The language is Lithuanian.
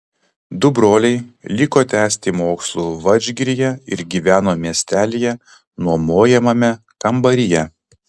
du broliai liko tęsti mokslų vadžgiryje ir gyveno miestelyje nuomojamame kambaryje